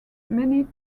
many